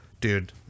Dude